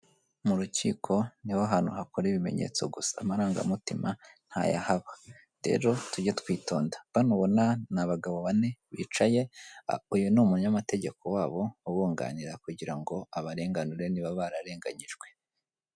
Mu rukiko niho hantu hakora ibimenyetso gusa, amarangamutima ntayahaba. Rero tujye twitonda. Bano ubona ni abagabo bane bicaye, uyu ni umunyamategeko wabo ubunganira kugira ngo abarenganure niba bararenganyijwe.